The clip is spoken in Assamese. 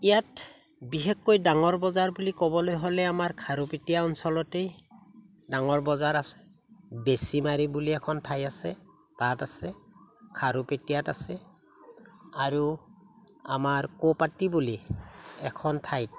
ইয়াত বিশেষকৈ ডাঙৰ বজাৰ বুলি ক'বলৈ হ'লে আমাৰ খাৰুপেটীয়া অঞ্চলতেই ডাঙৰ বজাৰ আছে বেছিমাৰি বুলি এখন ঠাই আছে তাত আছে খাৰুপেটিয়াত আছে আৰু আমাৰ কৌপাটী বুলি এখন ঠাইত